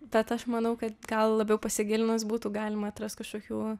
bet aš manau kad gal labiau pasigilinus būtų galima atrast kažkokių